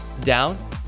down